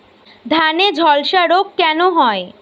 ধানে ঝলসা রোগ কেন হয়?